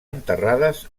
enterrades